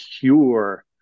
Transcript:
pure